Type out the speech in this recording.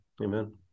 Amen